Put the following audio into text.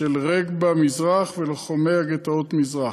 של רגבה מזרח ולוחמי-הגטאות מזרח,